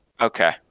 Okay